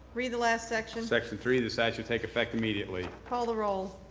read the last section. section three, this act shall take effect immediately. call the roll.